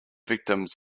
victims